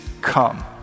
come